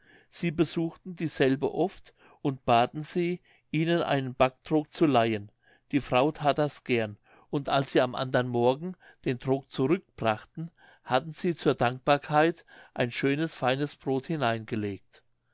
sie besuchten dieselbe oft und baten sie ihnen einen backtrog zu leihen die frau that das gern und als sie ihr am anderen morgen den trog zurückbrachten hatten sie zur dankbarkeit ein schönes feines brod hineingelegt